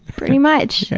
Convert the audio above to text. pretty much.